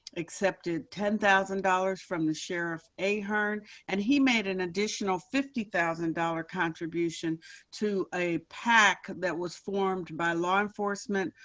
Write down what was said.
accepted ten thousand dollars from the sheriff. a hearn and he made an additional fifty thousand dollars contribution to a pack that was formed by law enforcement.